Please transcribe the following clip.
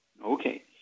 Okay